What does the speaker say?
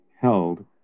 held